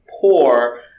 poor